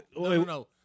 No